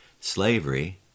slavery